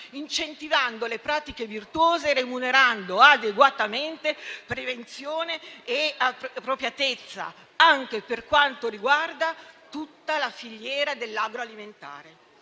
incentivando le pratiche virtuose e remunerando adeguatamente prevenzione e appropriatezza, anche per quanto riguarda tutta la filiera dell'agroalimentare.